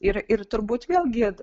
ir ir turbūt vėlgi